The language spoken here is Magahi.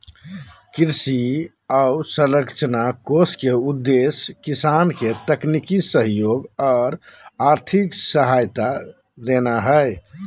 कृषि अवसंरचना कोष के उद्देश्य किसान के तकनीकी सहयोग आर आर्थिक सहायता देना हई